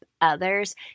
others